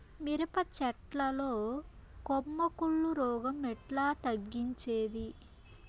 మిరప చెట్ల లో కొమ్మ కుళ్ళు రోగం ఎట్లా తగ్గించేది?